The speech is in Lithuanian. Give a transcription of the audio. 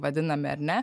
vadinami ar ne